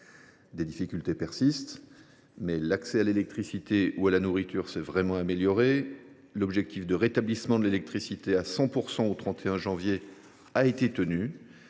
Des difficultés persistent, mais l’accès à l’électricité ou à la nourriture s’est vraiment amélioré. L’objectif de rétablissement de l’électricité à 100 % au 31 janvier a été tenu.